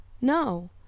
No